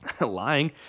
lying